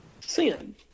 sin